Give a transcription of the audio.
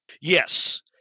Yes